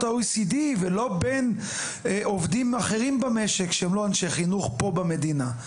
ה-OECD ולא בין עובדים אחרים במשק שהם לא אנשי חינוך פה במדינה.